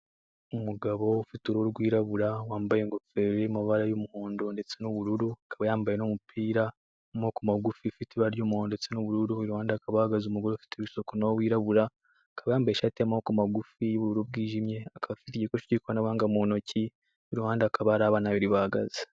Umugabo ufite uruhu rwirabura wambaye ingofero y'amabara y'umuhondo ndetse n'ubururu. Akaba yambaye n'umupira w'amaboko magufi, ufite ibara ry'umuhondo ndetse n'ubururu, iruhande hakaba hahagaze umugore ufite ibisuko nawe wirabura, akaba yambaye ishati y'amaboko magufi y'ubururu bwijimye, akaba afite igikore cy'ikoranabuhanga mu ntoki, iruhande hakaba hari abana babiri bahagaze.